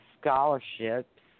Scholarships